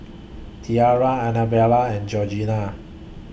Tiara Annabelle and Georgina